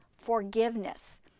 Forgiveness